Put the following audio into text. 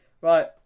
Right